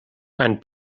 ein